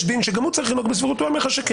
דין שגם הוא צריך להיות בסבירות הוא היה אומר לך שכן.